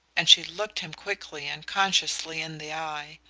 and she looked him quickly and consciously in the eye.